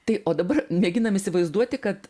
tai o dabar mėginam įsivaizduoti kad